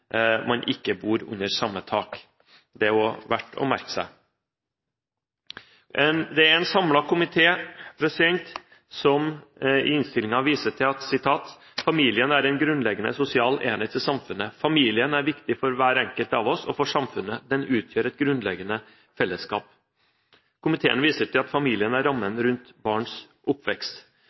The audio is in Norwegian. ikke bor under samme tak. Det er verdt å merke seg. Det er en samlet komité som i innstillingen viser til at «familien er en grunnleggende sosial enhet i samfunnet. Familien er viktig for hver enkelt av oss og for samfunnet, den utgjør et grunnleggende fellesskap. Komiteen viser til at familien er rammen rundt barns oppvekst».